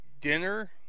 dinner